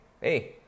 hey